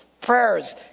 prayers